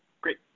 Great